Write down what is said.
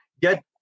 get